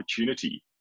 opportunity